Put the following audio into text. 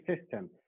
system